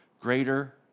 Greater